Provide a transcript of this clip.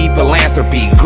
Philanthropy